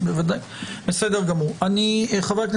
חברת